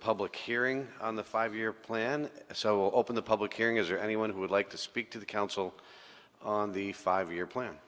public hearing on the five year plan so open the public hearing is there anyone who would like to speak to the council on the five year plan